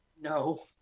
no